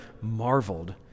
marveled